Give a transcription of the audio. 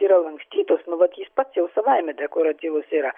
yra lankstytos nu vat jis pats jau savaime dekoratyvus yra